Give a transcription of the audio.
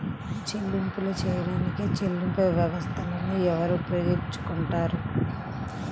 చెల్లింపులు చేయడానికి చెల్లింపు వ్యవస్థలను ఎవరు ఉపయోగించుకొంటారు?